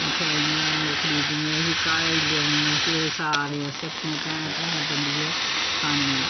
मठेयाइयां खरीनियां ते फ्ही घरा गी लेआनियां फ्ही सारे असें भैने भ्राएं बंडिये खानियां